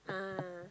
ah